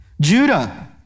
Judah